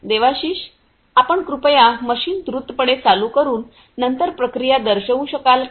देवाशीष आपण कृपया मशीन द्रुतपणे चालू करून नंतर प्रक्रिया दर्शवू शकाल का